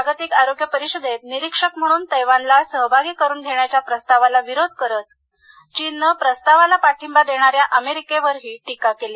जागतिक आरोग्य परिषदेत निरीक्षक म्हणून तैवानला सहभागी करून घेण्याच्या प्रस्तावाला विरोध करत चीननं प्रस्तावाला पाठिंबा देणाऱ्या अमेरिकेवरही टीका केली